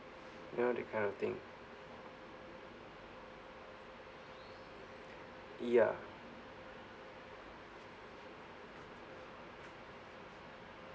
you know that kind of thing ya